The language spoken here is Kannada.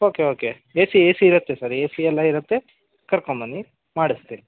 okay okay A C A C ಇರುತ್ತೆ ಸರ್ ಎ ಸಿ ಎಲ್ಲ ಇರುತ್ತೆ ಕರ್ಕೊಂಡ್ಬನ್ನಿ ಮಾಡಿಸ್ತೀನ್